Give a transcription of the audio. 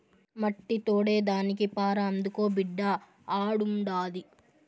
మట్టి తోడేదానికి పార అందుకో బిడ్డా ఆడుండాది